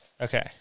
Okay